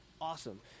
awesome